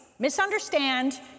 Misunderstand